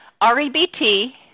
REBT